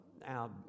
now